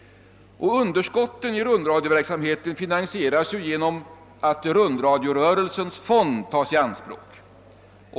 Underskotten i rundradioverksamheten finansieras genom att rundradiorörelsens fond tas i anspråk.